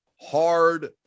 hard